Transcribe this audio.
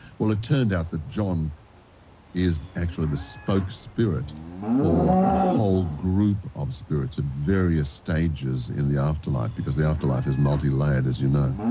well, it turned out that john is actually the spokes-spirit for a whole group of spirits at various stages in the afterlife, because the afterlife is multi-layered as you know.